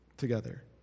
together